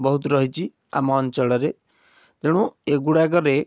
ବହୁତ ରହିଚି ଆମ ଅଞ୍ଚଳରେ ତେଣୁ ଏଗୁଡ଼ାକରେ